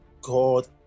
God